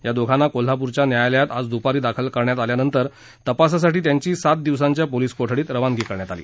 या दोघांना कोल्हापूरच्या न्यायालयात आज दुपारी दाखल करण्यात आल्या नंतर तपासासाठी त्यांची सात दिवसांच्या पोलीस कोठडीत रवानगी करण्यात आली